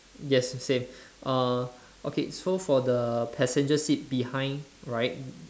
yes same uh okay so for the passenger seat behind right